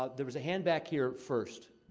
ah there was a hand back here first,